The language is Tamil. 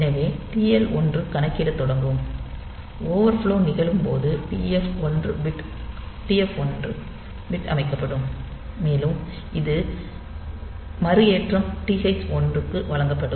எனவே TL 1 கணக்கிடத் தொடங்கும் ஓவர்ஃப்லோ நிகழும்போது TF 1 பிட் அமைக்கப்படும் மேலும் இந்த மறுஏற்றம் TH 1 க்கும் வழங்கப்படும்